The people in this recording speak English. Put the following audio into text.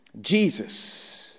Jesus